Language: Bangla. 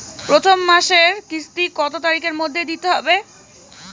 প্রথম মাসের কিস্তি কত তারিখের মধ্যেই দিতে হবে?